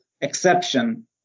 exception